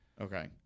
Okay